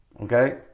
Okay